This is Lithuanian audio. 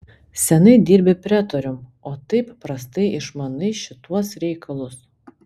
seniai dirbi pretorium o taip prastai išmanai šituos reikalus